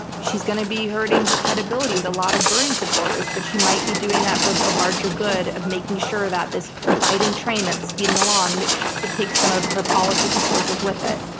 she's going to be hurting her credibility with a lot of bernie supporters. but she might be doing that for the larger good of making sure that this biden train that's speeding along it takes some of her policy proposals with it.